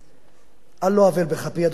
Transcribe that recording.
על לא עוול בכפי, אדוני השר, תאמין לי.